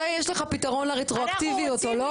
אתה יש לך פתרון לרטרואקטיביות או לא?